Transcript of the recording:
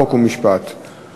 חוק ומשפט נתקבלה.